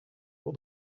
what